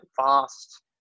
fast